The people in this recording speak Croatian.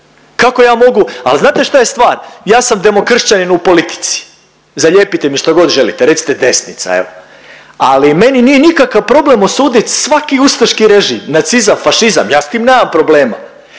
kako ja mogu. Ali znate šta je stvar, ja sam demokršćanin u politici, zalijepite mi što god želite, recite desnica evo ali meni nije nikakav problem osudit svaki ustaški režim, nacizam, fašizam, ja s tim nemam problema